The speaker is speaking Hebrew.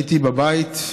הייתי בבית.